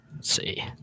See